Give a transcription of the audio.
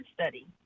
study